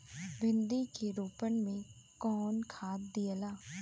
भिंदी के रोपन मे कौन खाद दियाला?